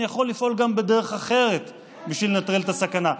אני יכול לפעול גם בדרך אחרת בשביל לנטרל את הסכנה.